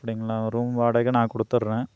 அப்படிங்களா ரூம் வாடகை நான் கொடுத்துட்றேன்